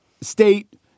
state